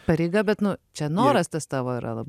pareiga bet nu čia noras tas tavo yra labai